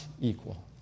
equal